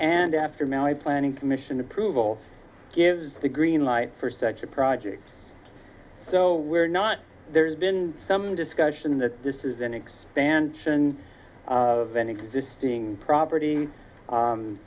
and after my planning commission approval gives the green light for such a project so we're not there's been some discussion that this is an expansion of an existing property